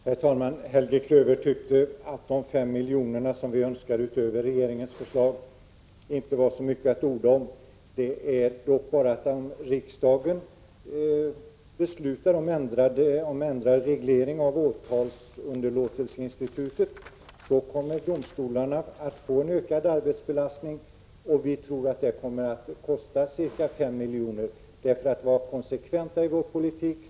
Herr talman! Helge Klöver tyckte att de 5 milj.kr. som vi önskade utöver regeringens förslag inte var så mycket att orda om. Men om riksdagen beslutar om ändrad reglering av åtalsunderlåtelseinstitutet, kommer domstolarna att få en ökad arbetsbelastning, och vi tror att det kommer att kosta ca 5 milj.kr.